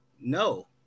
no